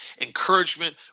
encouragement